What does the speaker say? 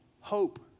hope